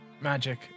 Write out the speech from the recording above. magic